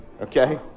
Okay